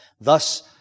Thus